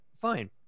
fine